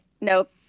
Nope